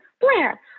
Blair